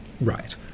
Right